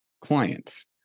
clients